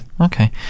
okay